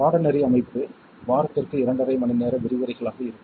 பாடநெறி அமைப்பு வாரத்திற்கு இரண்டரை மணிநேர விரிவுரைகளாக இருக்கும்